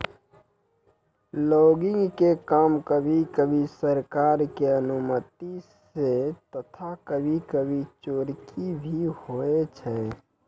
logging के काम कभी कभी सरकार के अनुमती सॅ तथा कभी कभी चोरकी भी होय छै